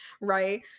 right